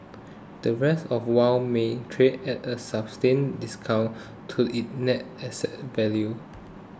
the rest of Wharf may trade at a substantial discount to its net asset value